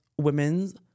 women's